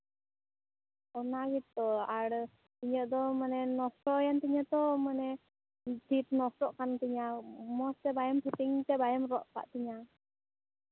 ᱚᱱᱟ ᱜᱮᱛᱚ ᱟᱨ ᱤᱧᱟᱹᱜ ᱫᱚ ᱢᱟᱱᱮ ᱱᱚᱥᱴᱚᱭᱮᱱ ᱛᱤᱧᱟᱹ ᱛᱚ ᱢᱟᱱᱮ ᱪᱷᱤᱴ ᱱᱚᱥᱴᱚᱜ ᱠᱟᱱ ᱛᱤᱧᱟᱹ ᱢᱚᱡᱽ ᱛᱮ ᱵᱟᱝᱮᱢ ᱯᱷᱤᱴᱤᱝᱥ ᱛᱮ ᱵᱟᱝᱮᱢ ᱨᱚᱜ ᱠᱟᱜ ᱛᱤᱧᱟᱹ